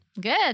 Good